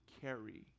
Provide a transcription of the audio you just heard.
carry